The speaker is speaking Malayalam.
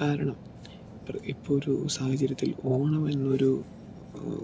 കാരണം ഇപ്പോഴോരു സാഹചര്യത്തിൽ ഓണമെന്നൊരു